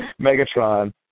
Megatron